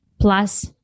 plus